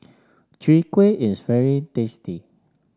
Chwee Kueh is very tasty